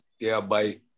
thereby